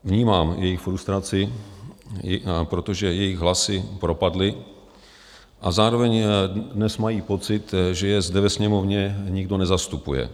Vnímám jejich frustraci, protože jejich hlasy propadly, a zároveň dnes mají pocit, že je zde ve Sněmovně nikdo nezastupuje.